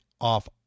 off